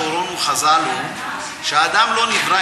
מה שהורונו חז"ל הוא שהאדם לא נברא